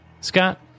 Scott